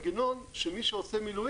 צריך להעמיק אותו ולהרחיב אותו.